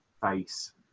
face